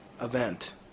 event